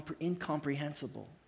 incomprehensible